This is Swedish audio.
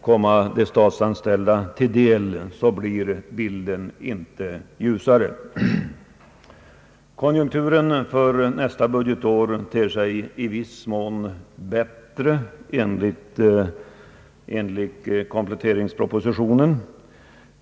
komma de statsanställda till del, blir bilden inte ljusare. Konjunkturen för nästa budgetår ter sig enligt kompletteringspropositionen i viss mån bättre än tidigare.